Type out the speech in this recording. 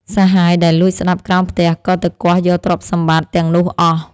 សហាយដែលលួចស្ដាប់ក្រោមផ្ទះ ក៏ទៅគាស់យកទ្រព្យសម្បត្តិទាំងនោះអស់។